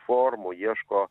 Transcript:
formų ieško